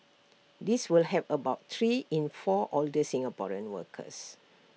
this will help about three in four older Singaporean workers